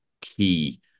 key